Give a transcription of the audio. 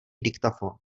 diktafon